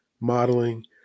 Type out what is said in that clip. modeling